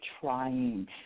trying